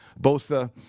Bosa